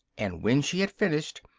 and when she had finished,